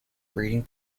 breeding